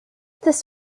this